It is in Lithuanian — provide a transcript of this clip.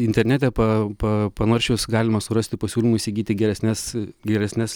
internete pa pa panaršius galima surasti pasiūlymų įsigyti geresnes geresnes